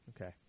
Okay